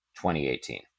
2018